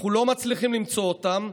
אנחנו לא מצליחים למצוא אותן.